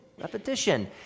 Repetition